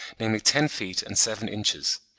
namely ten feet and seven inches.